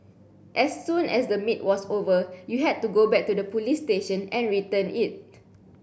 as soon as the meet was over you had to go back to the police station and return it